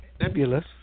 nebulous